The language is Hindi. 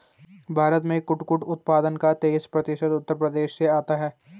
भारत में कुटकुट उत्पादन का तेईस प्रतिशत उत्तर प्रदेश से आता है